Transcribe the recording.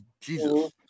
Jesus